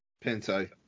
Pinto